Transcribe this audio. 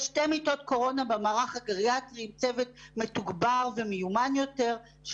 יש שתי מיטות קורונה במערך הגריאטרי עם צוות מתוגבר ומיומן יותר,